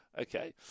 okay